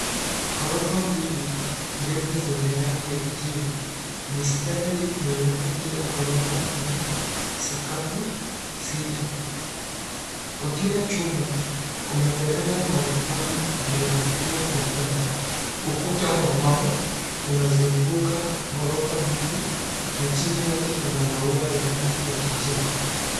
Horofa mbili ndefu zenye rangi ya kijivu, mistari nyeupe kila horofa ina sakavu sita. Kwa kila chumba, kuna veranda na rofani inayovutia kwa umbali. Ukuta wa mawe, unazunguka horofa hizi, na chini yake kuna maua ya rangi ya kujani.